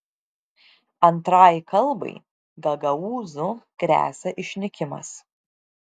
antrai kalbai gagaūzų gresia išnykimas